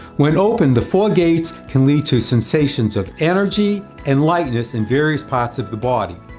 when opened, the four gates can lead to sensations of energy and lightness and various parts of the body.